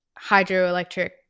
Hydroelectric